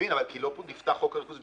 כי לא נפתח חוק הריכוזיות.